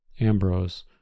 Ambrose